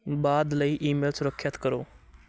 ਬਾਅਦ ਲਈ ਈਮੇਲ ਸੁਰੱਖਿਅਤ ਕਰੋ